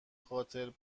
خاطر